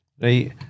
right